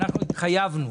אנחנו התחייבנו